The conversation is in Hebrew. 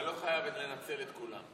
אתה לא חייב לנצל את כולן.